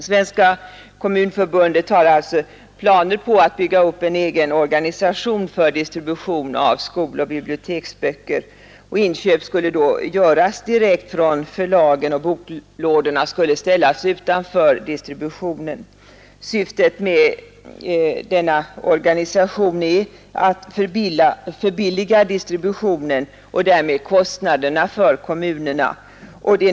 Svenska kommunförbundet har alltså planer på att bygga upp en egen organisation för distribution av skoloch biblioteksböcker. Inköp skulle då göras direkt från förlagen, och boklådorna skulle ställas utanför distributionen. Syftet med denna organisation är att förbilliga distributionen och därmed kostnaderna för kommunerna.